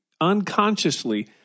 unconsciously